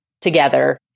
together